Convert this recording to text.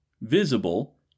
visible